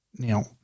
Now